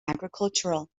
agricultural